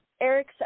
eric